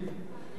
בן ערב,